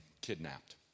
kidnapped